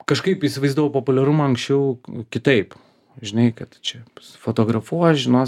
kažkaip įsivaizdavau populiarumą anksčiau kitaip žinai kad čia fotografuos žinos